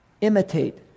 imitate